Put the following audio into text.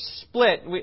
split